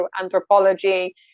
anthropology